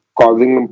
causing